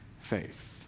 faith